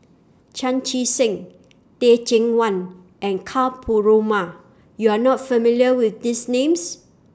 Chan Chee Seng Teh Cheang Wan and Ka Perumal YOU Are not familiar with These Names